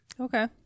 Okay